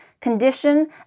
condition